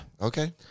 Okay